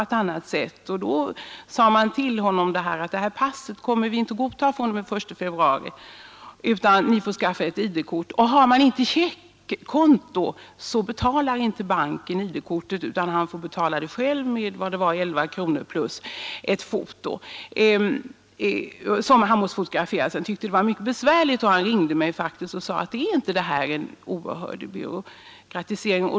Han upplystes då om att banken inte skulle komma att godta hans pass som legitimationshandling fr.o.m. den 1 februari. Har man inte checkkonto, betalar inte banken ID-kort, utan man får betala det själv med 11 kronor plus kostnaden för fotografering. Pensionären tyckte det var mycket besvärligt och frågade om inte det här var en oerhörd byråkratisering.